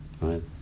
right